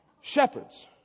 shepherds